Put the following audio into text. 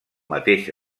mateix